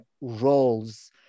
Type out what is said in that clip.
roles